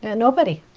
and nobody.